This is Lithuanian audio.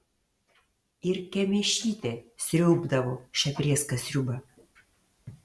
ir kemėšytė sriaubdavo šią prėską sriubą